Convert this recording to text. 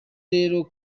rero